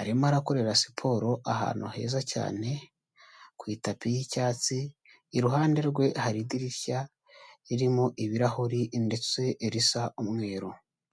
arimo akorera siporo ahantu heza cyane, ku itapi y'icyatsi, iruhande rwe hari idirishya ririmo ibirahuri ndetse risa umweru.